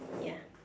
ya